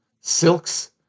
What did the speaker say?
silks